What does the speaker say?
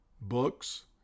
books